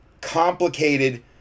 complicated